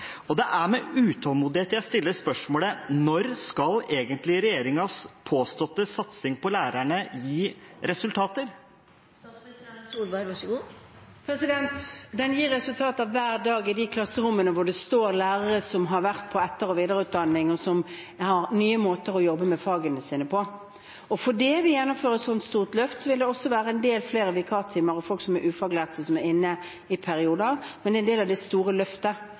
Det er med utålmodighet jeg stiller spørsmålet: Når skal egentlig regjeringens påståtte satsing på lærerne gi resultater? Den gir resultater hver dag i de klasserommene hvor det står lærere som har vært på etter- og videreutdanning, og som har nye måter å jobbe med fagene sine på. Fordi vi gjennomfører et så stort løft, vil det være en del flere vikartimer og folk som er ufaglærte, som er inne i perioder, men en del av det store løftet,